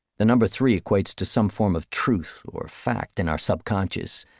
the number three equates to some form of truth or fact in our subconscious.